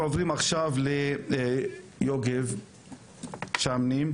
יוגב שמני,